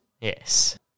yes